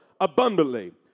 abundantly